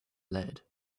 lead